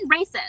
racist